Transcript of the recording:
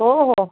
हो हो